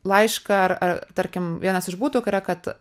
laišką ar tarkim vienas iš būdų yra kad